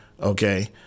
Okay